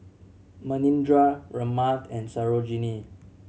Manindra Ramnath and Sarojini